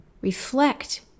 reflect